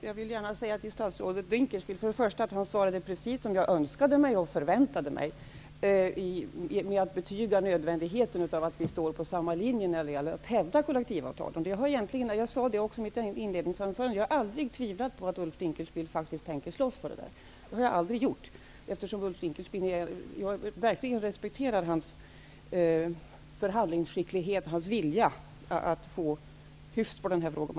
Herr talman! Jag vill för det första säga att statsrådet Dinkelspiel sade precis det som jag önskade mig och förväntade mig när det gällde att betyga nödvändigheten av att vi följer samma linje när det gäller att hävda kollektivavtalen. Jag sade också i mitt inledningsanförande att jag aldrig har tvivlat på att Ulf Dinkelspiel faktiskt tänker slåss för detta. Jag respekterar verkligen Ulf Dinkelspiels förhandlingsskicklighet och vilja att, enkelt uttryckt, få hyfs på denna problematik.